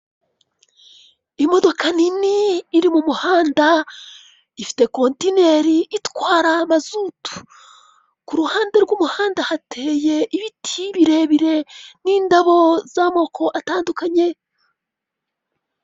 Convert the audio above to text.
Imodoka nini iri mu muhanda. Ifite kontineri itwara mazutu, ku ruhande rw'umuhanda hateye ibiti birebire n'indabo z'amoko atandukanye.